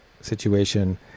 situation